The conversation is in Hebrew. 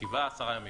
שבעה, עשרה ימים.